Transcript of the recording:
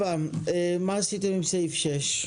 מה עשיתם עם סעיף 6?